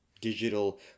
digital